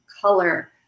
color